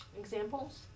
examples